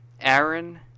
Aaron